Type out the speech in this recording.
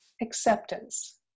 acceptance